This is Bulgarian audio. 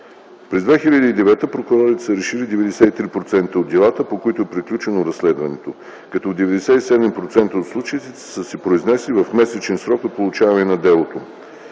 През 2009 г. прокурорите са решили 93% от делата, по които е приключило разследването, като в 97% от случаите са се произнесли в 1-месечен срок от получаване на делото.